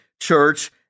church